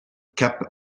cap